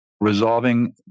resolving